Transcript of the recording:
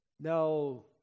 Now